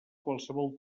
qualsevol